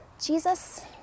Jesus